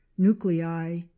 nuclei